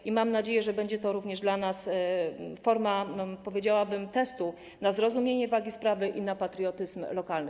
I mam nadzieję, że będzie to również dla nas forma, powiedziałabym, testu na zrozumienie wagi sprawy i na patriotyzm lokalny.